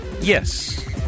yes